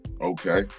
Okay